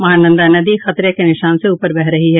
महानंदा नदी खतरे के निशान से ऊपर बह रही है